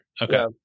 Okay